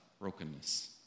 brokenness